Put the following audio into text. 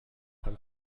beim